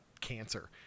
cancer